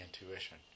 intuition